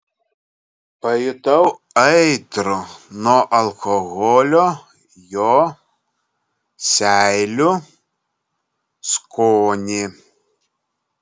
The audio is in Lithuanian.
pajutau aitrų nuo alkoholio jo seilių skonį